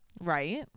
Right